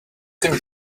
can